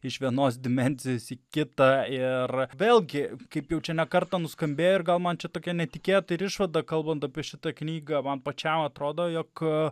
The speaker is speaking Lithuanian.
iš vienos dimensijos į kitą ir vėlgi kaip jau čia ne kartą nuskambėjo ir gal man čia tokia netikėta ir išvada kalbant apie šitą knygą man pačiam atrodo jog